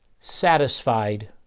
Satisfied